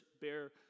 bear